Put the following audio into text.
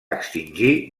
extingir